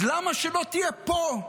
אז למה שלא תהיה פה,